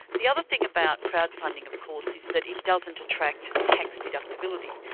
the other thing about crowd funding of course is that it doesn't attract tax deductibility,